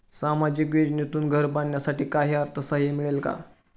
सामाजिक योजनेतून घर बांधण्यासाठी काही अर्थसहाय्य मिळेल का?